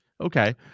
Okay